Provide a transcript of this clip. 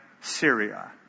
Syria